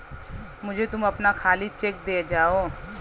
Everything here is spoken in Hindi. मुझे तुम अपना खाली चेक दे जाओ